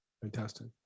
Fantastic